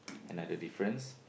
another difference